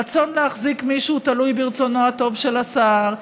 רצון להחזיק מישהו תלוי ברצונו הטוב של השר,